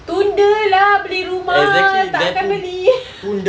tunda lah beli rumah tak akan beli